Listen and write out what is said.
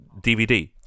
DVD